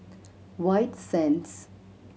White Sands